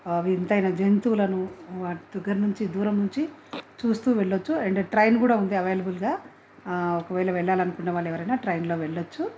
వింతైన జంతువులను దగ్గర నుంచి దూరం నుంచి చూస్తూ వెళ్ళొచ్చు అండ్ ట్రైన్ కూడా ఉంది అవైలబుల్గా ఒకవేళ వెళ్ళలనుకున్నా వాళ్ళు ఎవరైనా ట్రైన్లో వెళ్ళొచ్చు